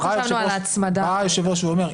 לא חשבנו על ההצמדה --- בא היושב-ראש ואומר: